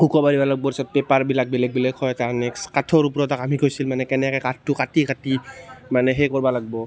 শুকাব দিব লাগিব তাৰ পাছত পেপাৰবিলাক বেলেগ বেলেগ হয় কাৰণে নেক্সট কাঠৰ ওপৰত মানে কেনেকৈ কাঠটো কাটি কাটি মানে সেই কৰিব লাগিব